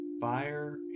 Fire